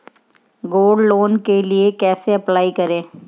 Gold loan के लिए कैसे अप्लाई करें?